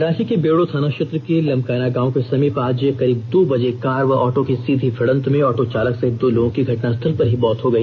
रांची के बेड़ो थाना क्षेत्र के लमकाना गांव के समीप आज करीब दो बजे कार व आटो की सीधी भिडंत में आटो चालक सहित दो लोगों की घटनास्थल पर ही मौत हो गई